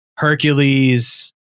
Hercules